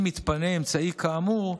אם יתפנה אמצעי כאמור,